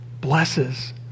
blesses